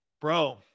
Bro